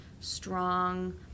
strong